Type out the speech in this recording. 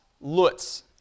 Lutz